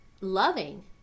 loving